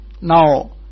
now